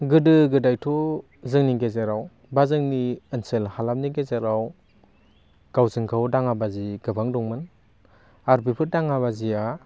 गोदो गोदायथ' जोंनि गेजेराव बा जोंनि ओनसोल हालामनि गेजेराव गावजों गाव दाङा बाजि गोबां दंमोन आरोबेफोर दाङा बाजिया